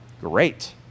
great